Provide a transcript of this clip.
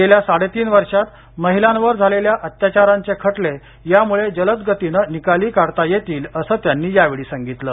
गेल्या साडेतीन वर्षात महिलांच्यावर झालेल्या अत्याचारांचे खटले यामुळे जलद गतीने निकाली काढता येतील असं त्यांनी यावेळी सांगितलं